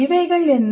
இவைகள் என்ன